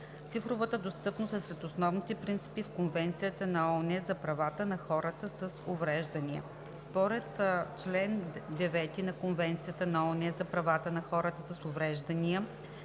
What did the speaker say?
Цифровата достъпност е сред основните принципи в Конвенцията на ООН за правата на хората с увреждания (КПХУ). Според чл. 9 от Конвенцията на ООН за правата на хората с увреждания